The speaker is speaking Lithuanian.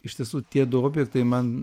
iš tiesų tie du objektai man